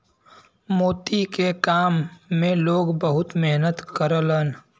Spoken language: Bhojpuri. मोती के काम में लोग बहुत मेहनत करलन